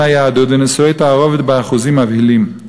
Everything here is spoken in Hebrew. היהדות ונישואי תערובת באחוזים מבהילים.